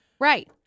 Right